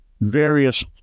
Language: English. various